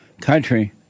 country